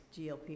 GLP